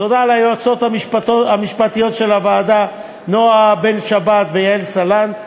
תודה ליועצות המשפטיות של הוועדה נועה בן-שבת ויעל סלנט,